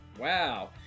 Wow